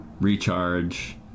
recharge